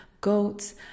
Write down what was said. goats